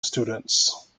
students